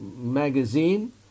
magazine